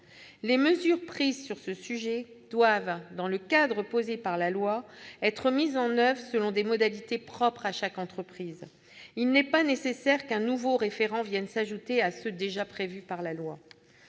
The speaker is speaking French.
Les mesures prises sur ce sujet doivent, dans le cadre posé par la loi, être mises en oeuvre selon des modalités propres à chaque entreprise. Il n'est pas nécessaire qu'un nouveau référent vienne s'ajouter à ceux qui sont déjà prévus par la loi.